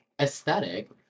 aesthetic